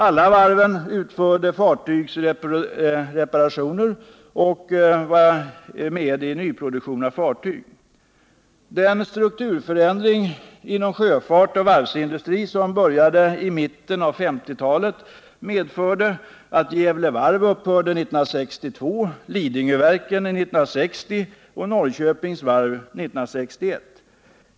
Alla varven utförde fartygsreparationer och deltog i nyproduktion av fartyg. Den strukturförändring inom sjöfart och varvsindustri som började i mitten av 1950-talet medförde att Gävle Varv upphörde 1962, Lidingöverken 1960 och Norrköpings Varv 1961.